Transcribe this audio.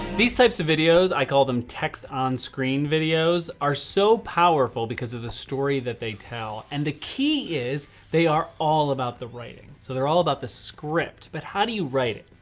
these types of videos, i call them texts on screen videos, are so powerful because of the story that they tell and the key is, they are all about the writing. so they're all about the script, but how do you write it?